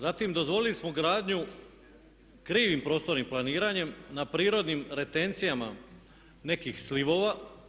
Zatim, dozvolili smo gradnju krivim prostornim planiranjem na prirodnim retencijama nekih slivova.